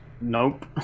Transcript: nope